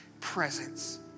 presence